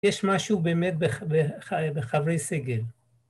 ‫יש משהו באמת בחברי סגל.